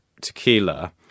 tequila